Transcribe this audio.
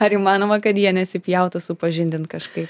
ar įmanoma kad jie nesipjautų supažindint kažkaip